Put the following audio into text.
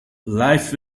life